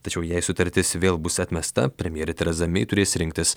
tačiau jei sutartis vėl bus atmesta premjerė tereza mei turės rinktis